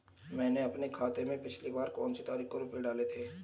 मैंने अपने खाते में पिछली बार कौनसी तारीख को रुपये डाले थे?